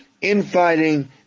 infighting